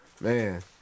Man